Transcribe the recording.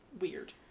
weird